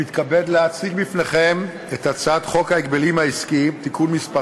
אנחנו עוברים להצעת חוק ההגבלים העסקים (תיקון מס'